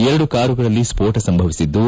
ಎರಡು ಕಾರುಗಳಲ್ಲಿ ಸ್ತೋಟ ಸಂಭವಿಸಿದ್ದು